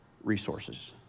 resources